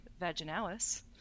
vaginalis